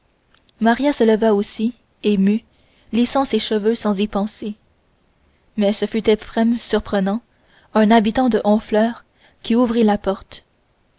maria se leva aussi émue lissant ses cheveux sans y penser mais ce fut éphrem surprenant un habitant de honfleur qui ouvrit la porte